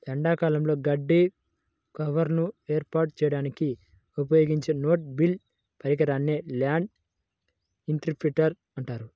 ఎడారులలో గడ్డి కవర్ను ఏర్పాటు చేయడానికి ఉపయోగించే నో టిల్ పరికరాన్నే ల్యాండ్ ఇంప్రింటర్ అంటారు